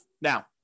Now